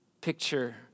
picture